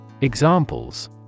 Examples